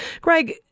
Greg